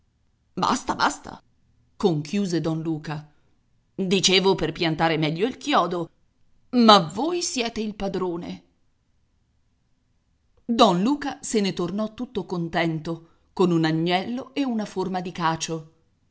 basta basta conchiuse don luca dicevo per piantare meglio il chiodo ma voi siete il padrone don luca se ne tornò tutto contento con un agnello e una forma di cacio